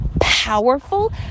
powerful